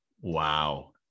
Wow